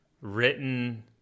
written